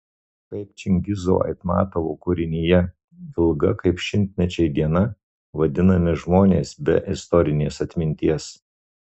kaip čingizo aitmatovo kūrinyje ilga kaip šimtmečiai diena vadinami žmonės be istorinės atminties